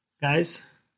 guys